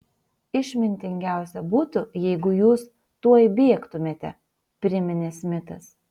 išmintingiausia būtų jeigu jūs tuoj bėgtumėte priminė smitas